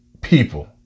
people